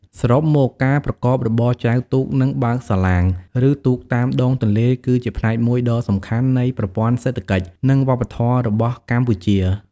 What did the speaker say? សរុបមក ការប្រកបរបរចែវទូក និងបើកសាឡាង ឬទូកតាមដងទន្លេ គឺជាផ្នែកមួយដ៏សំខាន់នៃប្រព័ន្ធសេដ្ឋកិច្ច និងវប្បធម៌របស់កម្ពុជា។